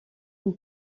une